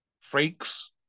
freaks